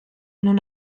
non